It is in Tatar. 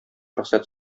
рөхсәт